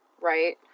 right